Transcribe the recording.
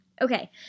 Okay